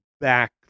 back